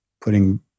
putting